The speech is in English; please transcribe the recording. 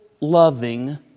loving